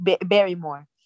Barrymore